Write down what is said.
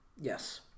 Yes